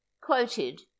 quoted